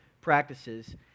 practices